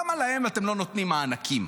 למה להם אתם לא נותנים מענקים?